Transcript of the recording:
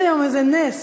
יש היום איזה נס,